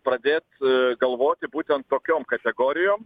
pradėt galvoti būtent tokiom kategorijom